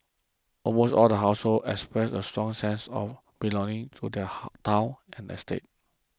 almost all households expressed a strong sense of belonging to their town and estate